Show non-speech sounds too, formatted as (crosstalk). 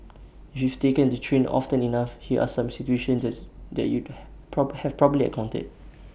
youth taken the train often enough here are some situations that that you (unintelligible) have probably encountered